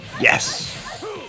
Yes